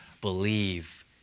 Believe